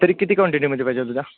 तरी किती क्वांटिटीमध्ये पाहिजे तुला